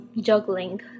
juggling